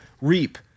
reap